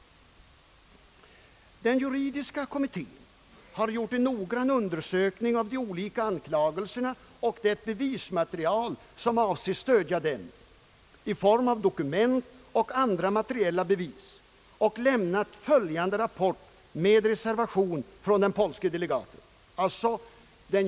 Den juridiska kommittén har gjort en noggrann undersökning av de olika anklagelserna och det bevismaterial som avses stödja dem, i form av dokument och andra materiella bevis, och lämnat följande rapport med reservation från den polske delegaten.